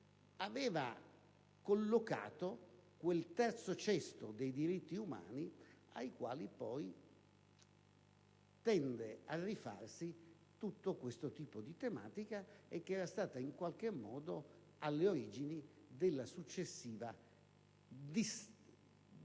aveva collocato quel terzo cesto dei diritti umani ai quali tende a rifarsi questo tipo di tematica, ed era stata in qualche modo alle origini della successiva distribuzione